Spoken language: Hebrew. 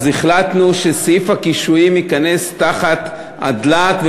אז החלטנו שסעיף הקישואים ייכנס תחת הדלעת,